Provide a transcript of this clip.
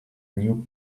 new